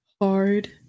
hard